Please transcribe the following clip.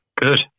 Good